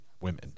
women